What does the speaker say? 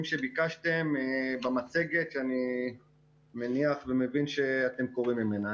שביקשתם במצגת שאני מניח ומבין שאתם קוראים ממנה.